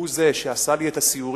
הוא זה שעשה לי את הסיורים,